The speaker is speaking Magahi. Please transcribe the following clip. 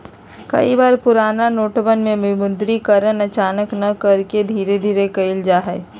कई बार पुराना नोटवन के विमुद्रीकरण अचानक न करके धीरे धीरे कइल जाहई